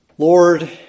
Lord